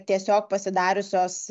tiesiog pasidariusios